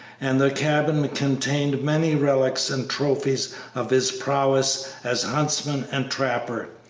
and the cabin contained many relics and trophies of his prowess as huntsman and trapper.